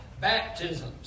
baptisms